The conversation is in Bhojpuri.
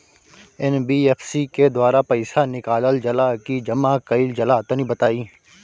एन.बी.एफ.सी के द्वारा पईसा निकालल जला की जमा कइल जला तनि बताई?